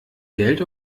geld